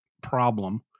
problem